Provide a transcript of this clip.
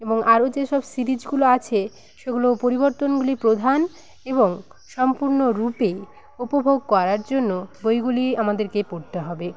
এবং আরো যেসব সিরিজগুলো আছে সেগুলো পরিবর্তনগুলির প্রধান এবং সম্পূর্ণ রূপে উপভোগ করার জন্য বইগুলি আমাদেরকে পড়তে হবে